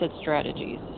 strategies